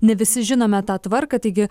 ne visi žinome tą tvarką taigi